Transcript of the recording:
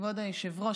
כבוד היושב-ראש,